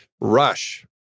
Rush